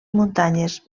muntanyes